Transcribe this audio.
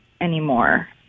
anymore